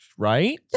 Right